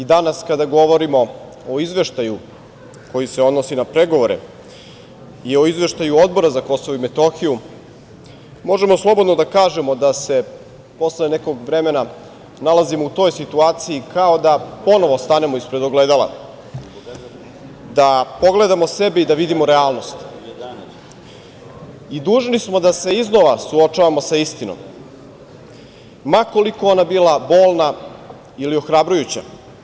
Danas kada govorimo o Izveštaju koji se odnosi na pregovore i o Izveštaju Odbora za KiM, možemo slobodno da kažemo da se posle nekog vremena nalazimo u toj situaciji, kao da ponovo stanemo ispred ogledala, da pogledamo sebe i da vidimo realnost i dužni smo da se iznova suočavamo sa istinom, ma koliko ona bila bolna ili ohrabrujuća.